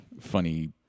funny